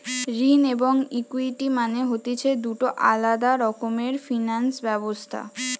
ঋণ এবং ইকুইটি মানে হতিছে দুটো আলাদা রকমের ফিনান্স ব্যবস্থা